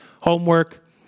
homework